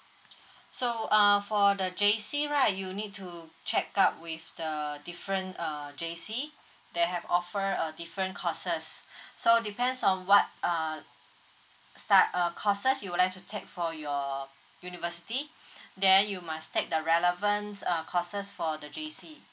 so uh for the J_C right you'll need to check up with the different uh J_C they have offer uh different courses so depends on what uh start uh courses you'd like to take for your university then you must take the relevance uh courses for the J_C